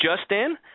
Justin